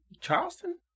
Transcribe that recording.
Charleston